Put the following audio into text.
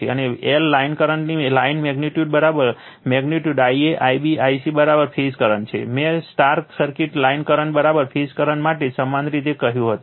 અને L line current ની line magnitude magnitude Ia Ib Ic phase current છે મેં Y circuit line current phase current માટે સમાન રીતે કહ્યું હતું